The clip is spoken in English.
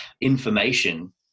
information